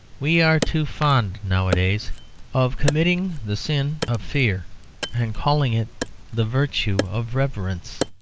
we are too fond nowadays of committing the sin of fear and calling it the virtue of reverence.